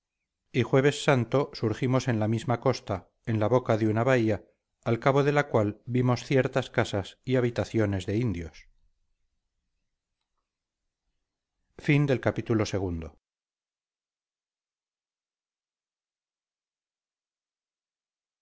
y jueves santo surgimos en la misma costa en la boca de una bahía al cabo de la cual vimos ciertas casas y habitaciones de indios